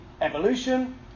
evolution